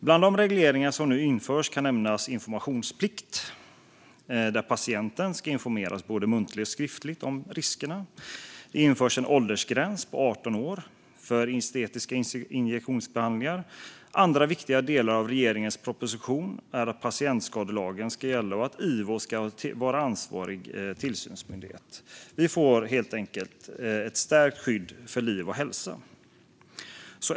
Bland de regleringar som nu införs kan nämnas informationsplikt - patienten ska informeras både muntligt och skriftligt om riskerna - och en åldersgräns på 18 år för estetiska injektionsbehandlingar. Andra viktiga delar av regeringens proposition är att patientskadelagen ska gälla och att IVO ska vara ansvarig tillsynsmyndighet. Vi får helt enkelt ett stärkt skydd för liv och hälsa.